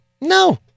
No